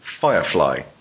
Firefly